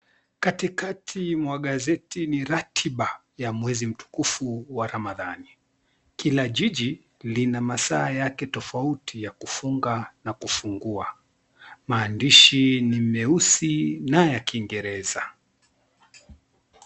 Katikati mwa gazeti ni ratiba ya mwezi mtukufu wa Ramadhani, kila jiji lina masaa yake tofauti ya kufunga na kufungua. Maandishi ni meusi na ya kiingereza.